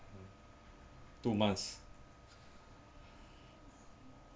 two months